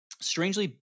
strangely